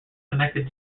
connected